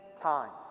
times